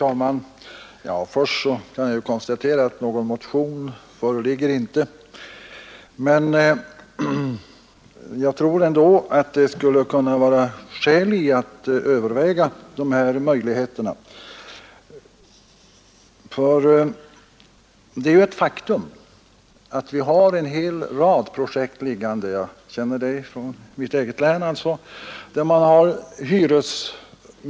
Herr talman! Först kan jag konstatera att någon motion inte föreligger. Men jag tror i alla fall att det skulle kunna vara skäl att överväga de åtgärder som jag har nämnt i min fråga. Det är ju ett faktum att vi har en hel rad projekt liggande — jag känner till det från mitt eget län.